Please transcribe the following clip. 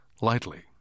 lightly